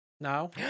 now